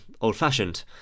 old-fashioned